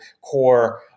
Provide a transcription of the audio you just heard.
core